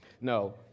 no